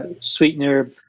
sweetener